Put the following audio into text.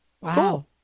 Wow